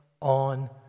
on